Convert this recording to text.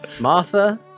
martha